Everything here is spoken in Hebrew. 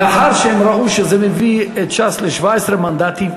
לאחר שהם ראו שזה מביא את ש"ס ל-17 מנדטים,